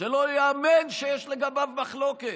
שלא ייאמן שיש לגביו מחלוקת,